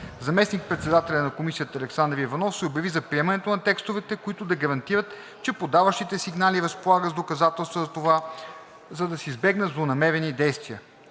Заместник-председателят на Комисията Александър Иванов се обяви за приемането на текстове, които да гарантират, че подаващите сигнали разполагат с доказателства за това, за да се избегнат злонамерени действия.